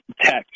text